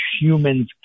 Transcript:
human's